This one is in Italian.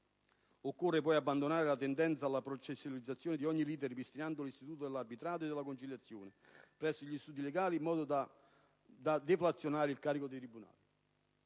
Occorre poi abbandonare la tendenza alla processualizzazione di ogni lite ripristinando l'istituto dell'arbitrato e della conciliazione presso gli studi legali in modo da deflazionare il carico dei tribunali.